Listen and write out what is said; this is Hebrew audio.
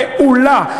פעולה.